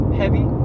heavy